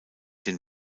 den